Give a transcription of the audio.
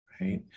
right